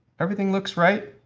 everything looks right,